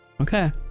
Okay